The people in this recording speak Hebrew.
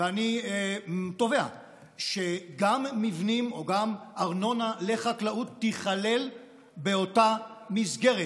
ואני תובע שגם מבנים או גם ארנונה לחקלאות תיכלל באותה מסגרת.